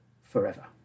forever